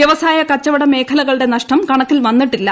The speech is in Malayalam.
വ്യവസായ കച്ചവട മേഖലകളുടെ നഷ്ടര ക്ണക്കിൽ വന്നിട്ടില്ല